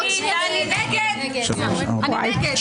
מי נמנע?